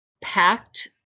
packed